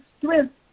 strength